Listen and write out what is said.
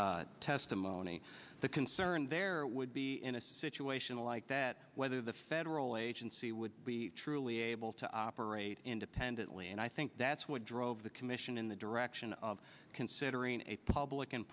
our testimony the concern there would be in a situation like that whether the federal agency would be truly able to operate independently and i think that's what drove the commission in the direction of considering a public and